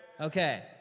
Okay